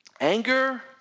Anger